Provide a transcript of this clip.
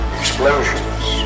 explosions